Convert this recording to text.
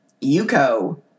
Yuko